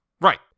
Right